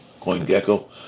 CoinGecko